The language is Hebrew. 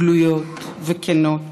גלויות וכנות.